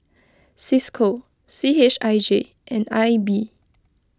Cisco C H I J and I B